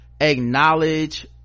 acknowledge